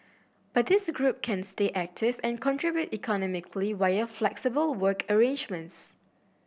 but this group can stay active and contribute economically via flexible work arrangements